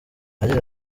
yagize